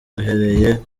duhereye